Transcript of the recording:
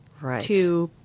Right